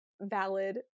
valid